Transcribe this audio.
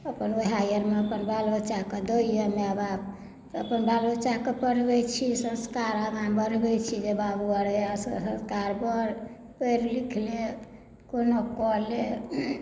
अपन उएह आओरमे अपन बाल बच्चाकेँ दैए माय बाप तऽ अपन बाल बच्चाकेँ पढ़बैत छी संस्कार आगाँ बढ़बैत छी जे बाबू आओर पढ़ि लिख ले कोनो कऽ ले